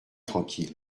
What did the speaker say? tranquille